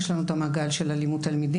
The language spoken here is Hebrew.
יש לנו את המעגל של אלימות תלמידים.